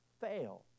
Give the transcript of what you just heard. fail